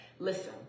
Listen